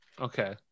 okay